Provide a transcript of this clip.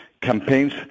campaigns